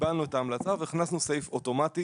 קיבלנו את ההמלצה והכנסנו סעיף אוטומטי